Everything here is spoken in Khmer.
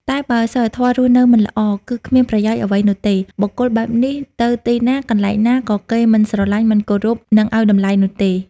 តែបើ សីលធម៌រស់នៅមិនល្អ គឺគ្មានប្រយោជន៍អ្វីនោះទេ បុគ្គលបែបនេះទៅទីណា កន្លែងណា ក៏គេមិនស្រឡាញ់ មិនគោរព និងឱ្យតម្លៃនោះទេ។